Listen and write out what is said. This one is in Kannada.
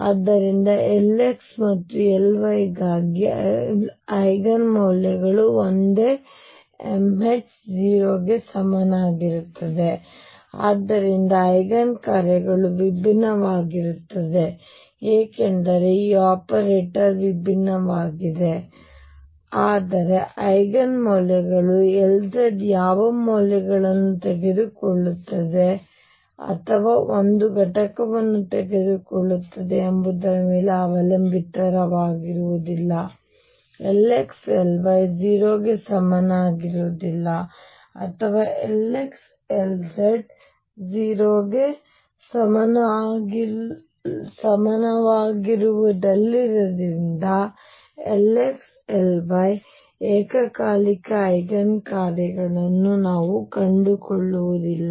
ಆದ್ದರಿಂದ Lx ಮತ್ತು Ly ಗಾಗಿ ಐಗನ್ ಮೌಲ್ಯಗಳು ಒಂದೇ mh 0 ಗೆ ಸಮನಾಗಿರುತ್ತದೆ ಮತ್ತು ಆದ್ದರಿಂದ ಐಗನ್ ಕಾರ್ಯಗಳು ವಿಭಿನ್ನವಾಗಿರುತ್ತವೆ ಏಕೆಂದರೆ ಈಗ ಆಪರೇಟರ್ ವಿಭಿನ್ನವಾಗಿದೆ ಆದರೆ ಗನ್ ಮೌಲ್ಯಗಳು Lz ಯಾವ ಮೌಲ್ಯವನ್ನು ತೆಗೆದುಕೊಳ್ಳುತ್ತದೆ ಅಥವಾ ಒಂದು ಘಟಕವನ್ನು ತೆಗೆದುಕೊಳ್ಳುತ್ತದೆ ಎಂಬುದರ ಮೇಲೆ ಅವಲಂಬಿತವಾಗಿರುವುದಿಲ್ಲ Lx Ly 0 ಗೆ ಸಮನಾಗಿರುವುದಿಲ್ಲ ಅಥವಾ Lx Lz 0 ಗೆ ಸಮನಾಗಿರುವುದಿಲ್ಲವಾದ್ದರಿಂದ Lx Ly ಏಕಕಾಲಿಕ ಐಗನ್ ಕಾರ್ಯಗಳನ್ನು ನಾನು ಕಂಡುಕೊಳ್ಳುವುದಿಲ್ಲ